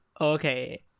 okay